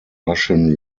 russian